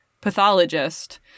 pathologist